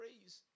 praise